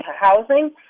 housing